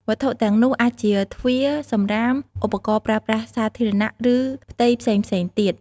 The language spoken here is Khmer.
វត្ថុទាំងនោះអាចជាទ្វារ សំរាម ឧបករណ៍ប្រើប្រាស់សាធារណៈ ឬផ្ទៃផ្សេងៗទៀត។